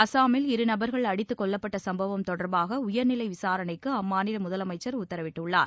அசாமில் இரு நபர்கள் அடித்துக்கொல்லப்பட்ட சும்பவம் தொடர்பாக உயர்நிலை விசாரணைக்கு அம்மாநில முதலமைச்சர் உத்தரவிட்டள்ளார்